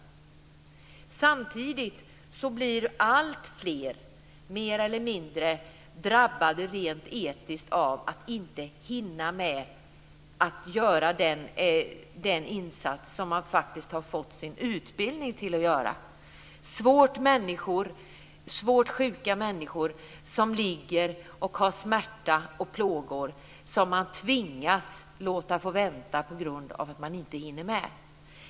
Samtidigt blir alltfler mer eller mindre drabbade rent etiskt av att inte hinna med att göra den insats som man faktiskt har fått sin utbildning för att göra. Svårt sjuka människor som ligger med smärta och plågor tvingas man låta vänta på grund av att man inte hinner med.